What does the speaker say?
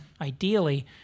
ideally